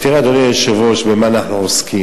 תראה, אדוני היושב-ראש, במה אנחנו עוסקים.